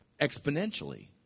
exponentially